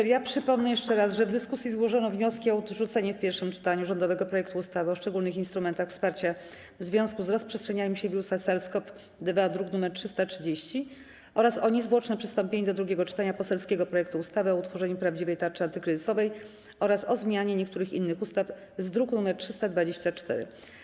Jeszcze raz przypomnę, że w dyskusji zgłoszono wnioski o odrzucenie w pierwszym czytaniu rządowego projektu ustawy o szczególnych instrumentach wsparcia w związku z rozprzestrzenianiem się wirusa SARS-CoV-2, druk nr 330, oraz o niezwłoczne przystąpienie do drugiego czytania poselskiego projektu ustawy o utworzeniu prawdziwej Tarczy antykryzysowej oraz o zmianie niektórych innych ustaw, druk nr 324.